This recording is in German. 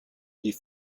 die